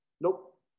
nope